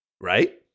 right